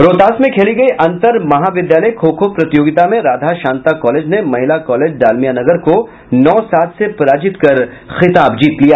रोहतास में खेली गयी अंतर महाविद्यालय खो खो प्रतियोगिता में राधा शांता कॉलेज ने महिला कॉलेज डालमियानगर को नौ सात से पराजित कर खिताब जीत लिया